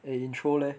eh intro leh